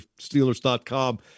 Steelers.com